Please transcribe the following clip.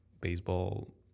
baseball